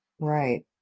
Right